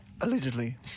Allegedly